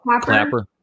Clapper